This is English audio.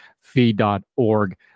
fee.org